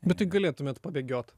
bet tai galėtumėt pabėgiot